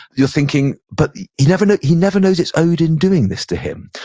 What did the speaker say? you're thinking, but he never he never knows it's odin doing this to him.